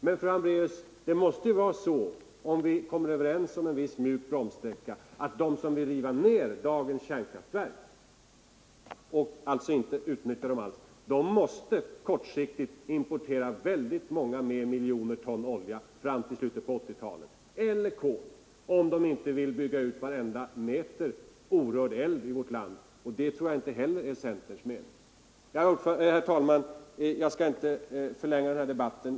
Men, fru Hambraeus, om vi kommer överens om en viss mjuk bromssträcka, så måste man, om de får bestämma som vill riva dagens kärnkraftverk och inte utnyttja dem ens kortsiktigt, importera många miljoner ton olja eller kol mer fram till slutet av 1980-talet än vad som annars skulle behövas - om man inte vill bygga ut varenda meter orörd älv i vårt land, och det tror jag inte är centerns mening. Herr talman! Jag skall inte förlänga den här debatten.